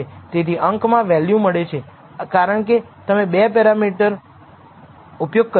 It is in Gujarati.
તેથી અંકમાં વેલ્યુ મળે છે કારણ કે તમે 2 પેરામીટર ઉપયોગ કર્યા છે